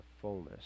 fullness